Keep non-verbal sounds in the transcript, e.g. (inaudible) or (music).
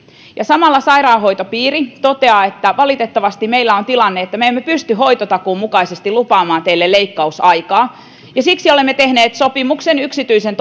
ja samalla sairaanhoitopiiri toteaa että valitettavasti meillä on tilanne että me emme pysty hoitotakuun mukaisesti lupaamaan teille leikkausaikaa ja siksi olemme tehneet sopimuksen yksityisen (unintelligible)